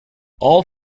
all